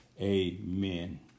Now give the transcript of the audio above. Amen